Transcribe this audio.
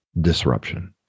disruption